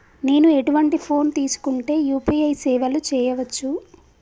నేను ఎటువంటి ఫోన్ తీసుకుంటే యూ.పీ.ఐ సేవలు చేయవచ్చు?